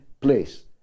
place